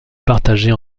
partager